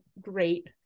great